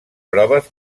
proves